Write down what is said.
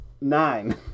Nine